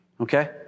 Okay